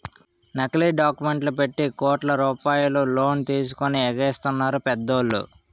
నకిలీ డాక్యుమెంట్లు పెట్టి కోట్ల రూపాయలు లోన్ తీసుకొని ఎగేసెత్తన్నారు పెద్దోళ్ళు